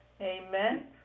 Amen